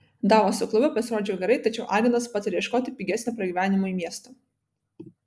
davoso klube pasirodžiau gerai tačiau agentas patarė ieškoti pigesnio pragyvenimui miesto